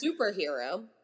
superhero